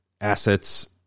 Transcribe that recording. assets